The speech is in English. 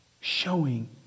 Showing